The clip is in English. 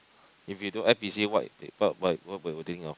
if you don't act busy what what what will they think of